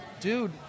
dude